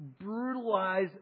brutalize